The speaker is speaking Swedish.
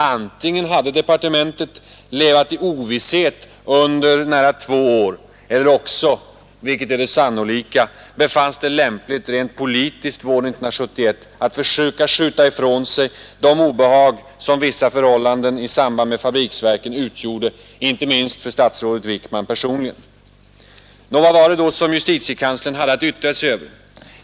Antingen hade departementet levat i ovisshet under nära två år eller också — vilket är det sannolika — befanns det lämpligt rent politiskt våren 1971 att försöka skjuta ifrån sig de obehag som vissa förhållanden i samband med fabriksverken utgjorde inte minst för statsrådet Wickman personligen. Vad var det då som JK hade att yttra sig över?